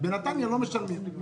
בנתניה לא משלמים.